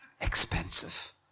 Expensive